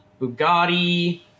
Bugatti